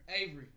Avery